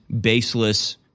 baseless